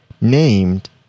named